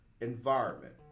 environment